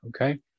okay